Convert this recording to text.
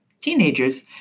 teenagers